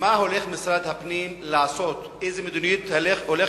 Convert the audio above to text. מה הולך משרד הפנים לעשות ואיזו מדיניות הוא הולך